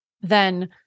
then-